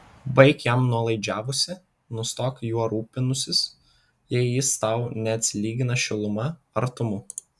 baik jam nuolaidžiavusi nustok juo rūpinusis jei jis tau neatsilygina šiluma artumu